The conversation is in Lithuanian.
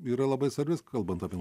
yra labai svarbi kalbant apie